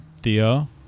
Theo